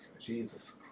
Jesus